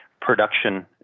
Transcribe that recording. production